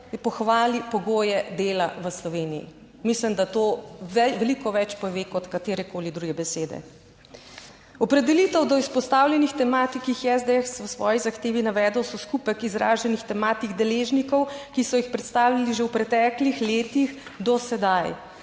pohvali pogoje dela v Sloveniji. Mislim, da to veliko več pove kot katerekoli druge besede. Opredelitev do izpostavljenih tematik, ki jih je SDS v svoji zahtevi navedel so skupek izraženih tematik deležnikov, ki so jih predstavili že v preteklih letih do sedaj.